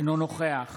אינו נוכח